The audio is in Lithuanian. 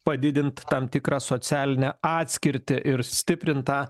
padidint tam tikrą socialinę atskirtį ir stiprintą